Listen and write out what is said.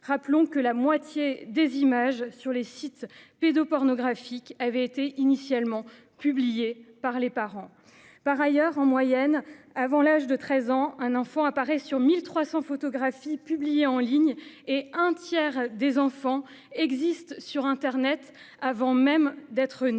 rappelle que la moitié des images qui se trouvent sur les sites pédopornographiques avaient été initialement publiées par les parents. Par ailleurs, en moyenne, avant l'âge de 13 ans un enfant apparaît sur 1 300 photographies publiées en ligne, et un tiers des enfants ont une existence sur internet avant même d'être nés.